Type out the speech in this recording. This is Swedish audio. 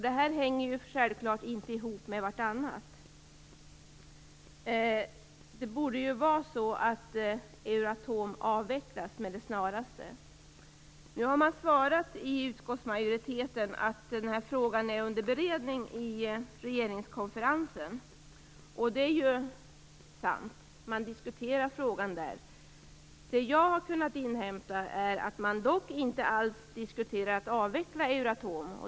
Det hänger självfallet inte ihop med varandra. Euratom borde avvecklas med det snaraste. Nu har utskottsmajoriteten svarat med att frågan är under beredning i regeringskonferensen. Det är ju sant att frågan diskuteras där. Men jag har inhämtat att man där inte har diskuterat att avveckla Euratom.